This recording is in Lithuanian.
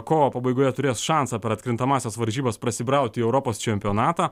kovo pabaigoje turės šansą per atkrintamąsias varžybas prasibrauti į europos čempionatą